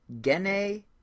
Gene